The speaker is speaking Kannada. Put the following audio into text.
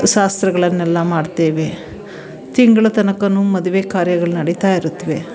ಶಾಸ್ತ್ರಗಳನ್ನೆಲ್ಲ ಮಾಡ್ತೇವೆ ತಿಂಗಳ ತನಕವೂ ಮದುವೆ ಕಾರ್ಯಗಳು ನಡೀತಾ ಇರುತ್ತವೆ